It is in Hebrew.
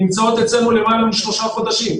נמצאות אצלנו למעלה משלושה חודשים.